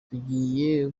tugiye